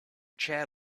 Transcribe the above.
chair